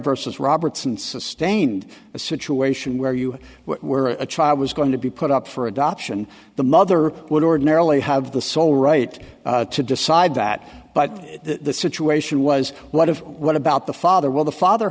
versus roberts and sustained a situation where you were a child was going to be put up for adoption the mother would ordinarily have the sole right to decide that but the situation was one of what about the father will the father